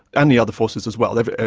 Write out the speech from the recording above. and the other forces as well. they've.